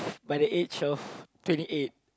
by the age of twenty eight